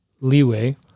leeway